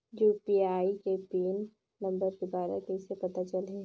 UPI के pin number दुबारा कइसे पता चलही?